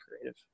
creative